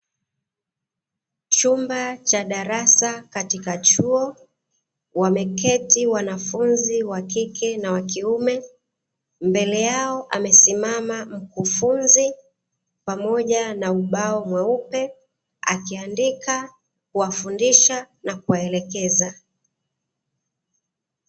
Chumba cha darasa katika chuo, wameketi wanafunzi wa kike na wa kiume, mbele yao amesimama mkufunzi pamoja na ubao mweupe, akiandika, kuwafundisha na kuwaelekeza.